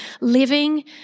living